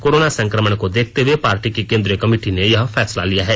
corona संकमण को देखते हुए पार्टी की केन्द्रीय कमिटी ने यह फैसला लिया है